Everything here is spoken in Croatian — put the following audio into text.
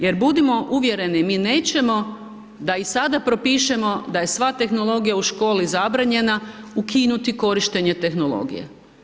Jer budimo uvjereni mi nećemo da i sada propišemo da je sva tehnologija u školi zabranjena ukinuti korištenje tehnologije.